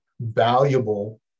valuable